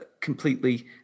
completely